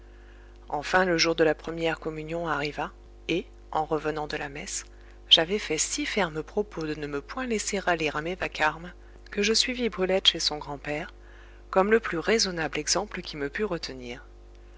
enfin le jour de la première communion arriva et en revenant de la messe j'avais fait si ferme propos de ne me point laisser aller à mes vacarmes que je suivis brulette chez son grand-père comme le plus raisonnable exemple qui me pût retenir